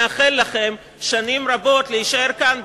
מאחל לכם שנים רבות להישאר כאן,